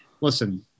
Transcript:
Listen